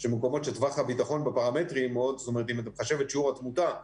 מקומות שטווח הביטחון בפרמטרים אם אתה מחשב את שיעור התמותה,